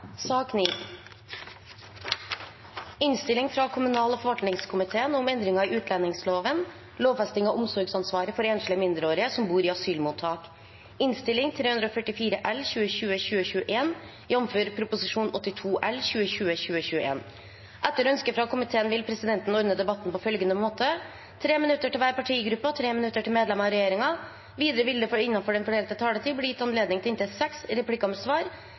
sak nr. 8. Etter ønske fra kommunal- og forvaltningskomiteen vil presidenten ordne debatten på følgende måte: 3 minutter til hver partigruppe og 3 minutter til medlemmer av regjeringen. Videre vil det – innenfor den fordelte taletid – bli gitt anledning til inntil seks replikker med svar